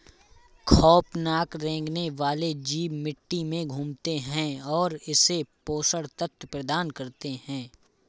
खौफनाक रेंगने वाले जीव मिट्टी में घूमते है और इसे पोषक तत्व प्रदान करते है